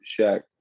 Shaq